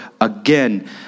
again